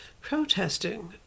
protesting